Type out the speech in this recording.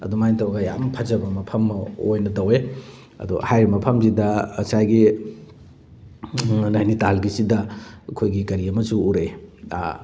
ꯑꯗꯨꯃꯥꯏ ꯇꯧꯔꯒ ꯌꯥꯝ ꯐꯖꯕ ꯃꯐꯝ ꯑꯃ ꯑꯣꯏꯅ ꯇꯧꯋꯦ ꯑꯗꯣ ꯍꯥꯏꯔꯤꯕ ꯃꯐꯝꯁꯤꯗ ꯉꯁꯥꯏꯒꯤ ꯅꯥꯏꯅꯤꯇꯥꯜꯒꯤꯁꯤꯗ ꯑꯩꯈꯣꯏꯒꯤ ꯀꯔꯤ ꯑꯃꯁꯨ ꯎꯔꯛꯏ